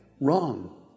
Wrong